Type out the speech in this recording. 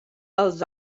els